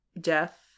Death